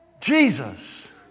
Jesus